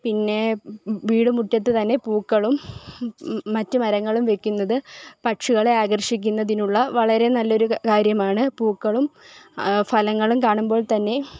പിന്നെ വീട് മുറ്റത്തുതന്നെ പൂക്കളും മറ്റ് മരങ്ങളും വയ്ക്കുന്നത് പക്ഷികളെ ആകര്ഷിക്കുന്നതിനുള്ള വളരെ നല്ലൊരു കാര്യമാണ് പൂക്കളും ഫലങ്ങളും കാണുമ്പോള് തന്നെ